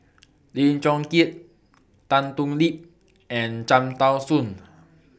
Lim Chong Keat Tan Thoon Lip and Cham Tao Soon